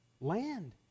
land